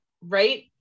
right